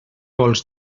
vols